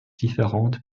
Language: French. différentes